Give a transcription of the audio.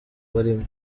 barimwo